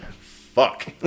Fuck